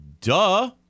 duh